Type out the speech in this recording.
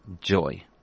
joy